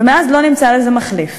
ומאז לא נמצא לו מחליף.